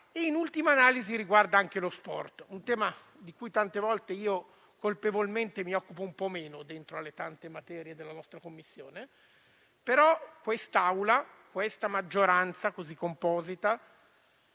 e, in ultima analisi, anche lo sport, un tema di cui tante volte io colpevolmente mi occupo un po' meno, tra le tante materie della nostra Commissione. Quest'Aula e questa maggioranza così composita